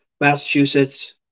Massachusetts